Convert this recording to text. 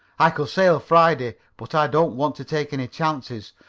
i could sail friday, but i don't want to take any chances.